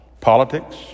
politics